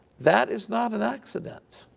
that is not an accident.